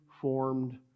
formed